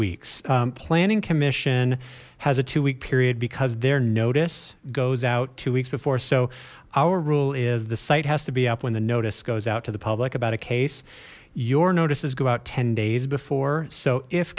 weeks planning commission has a two week period because their notice goes out two weeks before so our rule is the site has to be up when the notice goes out to the public about a case your notices go out ten days before so if